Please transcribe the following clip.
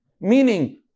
meaning